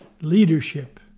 leadership